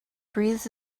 breathed